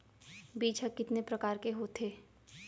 बीज ह कितने प्रकार के होथे?